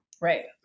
right